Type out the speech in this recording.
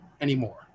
anymore